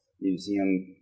Museum